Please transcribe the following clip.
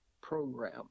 program